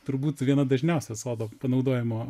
turbūt viena dažniausia sodo panaudojimo